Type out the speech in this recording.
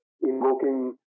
invoking